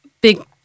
big